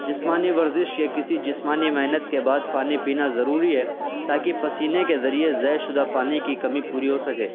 جسمانی ورزش یا کسی جسمانی محنت کے بعد پانی پینا ضروری ہے تاکہ پسینے کے ذریعے ضائع شدہ پانی کی کمی پوری ہو سکے